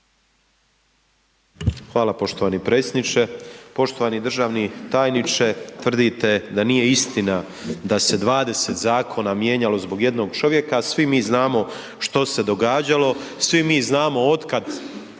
Hvala, poštovani predsjedniče. Poštovani državni tajniče, tvrdite da nije istina da se 20 zakona mijenjalo zbog jednog čovjeka a svi mi znamo što se događalo, svi mi znamo otkad g.